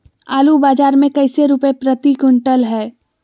आलू बाजार मे कैसे रुपए प्रति क्विंटल है?